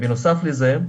בנוסף לזה,